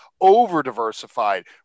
over-diversified